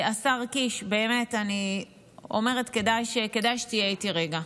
השר קיש, באמת, אני אומרת, כדאי שתהיה איתי רגע.